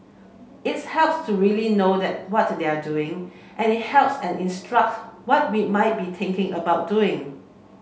it's helps to really know what they're doing and it helps and instruct what we might be thinking about doing